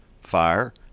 fire